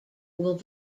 will